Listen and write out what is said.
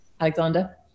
alexander